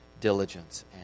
diligence